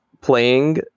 playing